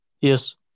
yes